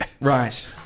right